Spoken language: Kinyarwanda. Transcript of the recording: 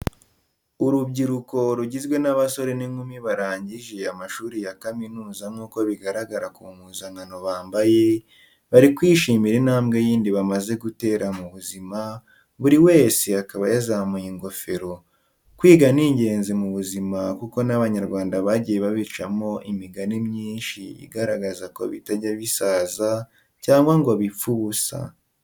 Urubyiruko rugizwe n'abasore n'inkumi barangije amashuri ya kaminuza nk'uko bigaragara ku mpuzankano bambaye, bari kwishimira intambwe yindi bamaze gutera mu buzima, buri wese akaba yazamuye ingofero. Kwiga ni ingenzi mu buzima kuko n'abanyarwanda bagiye babicamo imigani myinshi igaragaza ko bitajya bisaza cyangwa ngo bipfe ubusa.